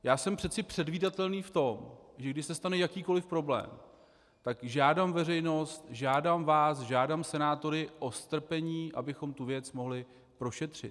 Já jsem přeci předvídatelný v tom, že když se stane jakýkoliv problém, tak žádám veřejnost, žádám vás, žádám senátory o strpení, abychom tu věc mohli prošetřit.